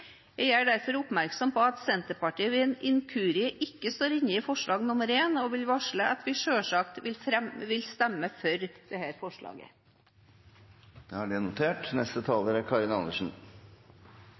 Jeg gjør derfor oppmerksom på at Senterpartiet ved en inkurie ikke står bak forslag nr. 1, og vil varsle at vi selvsagt vil stemme for det forslaget. Det er notert.